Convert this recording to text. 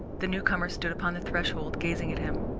the newcomer stood upon the threshold, gazing at him.